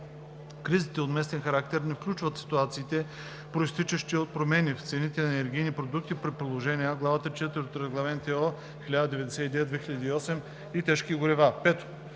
Кризите от местен характер не включват ситуациите, произтичащи от промени в цените на енергийните продукти по приложение А, глава 3.4 от Регламент (ЕО) № 1099/2008 и тежки горива.